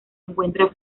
encuentra